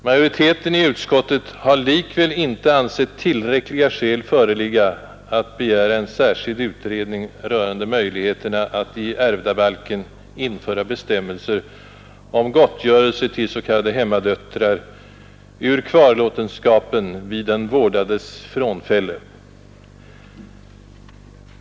Majoriteten i utskottet har likväl inte ansett tillräckliga skäl föreligga för att begära en särskild utredning rörande möjligheterna att i ärvdabalken införa bestämmelser om gottgörelse till s.k. hemmadöttrar ur kvarlåtenskapen vid den vårdades frånfälle.